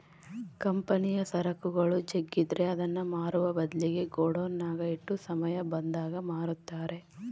ಕಂಪನಿಯ ಸರಕುಗಳು ಜಗ್ಗಿದ್ರೆ ಅದನ್ನ ಮಾರುವ ಬದ್ಲಿಗೆ ಗೋಡೌನ್ನಗ ಇಟ್ಟು ಸಮಯ ಬಂದಾಗ ಮಾರುತ್ತಾರೆ